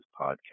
podcast